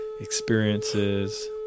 experiences